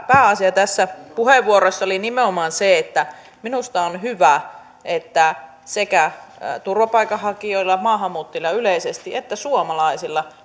pääasia tässä puheenvuorossa oli nimenomaan se että minusta on hyvä että sekä turvapaikanhakijoilla maahanmuuttajilla yleisesti että suomalaisilla